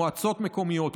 מועצות מקומיות,